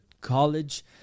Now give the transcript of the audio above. college